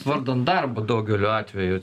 vardan darbo daugeliu atvejų